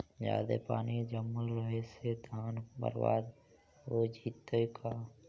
जादे पानी जमल रहे से धान बर्बाद हो जितै का?